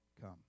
come